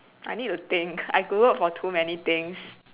I need to think I Googled for too many things